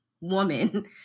woman